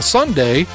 Sunday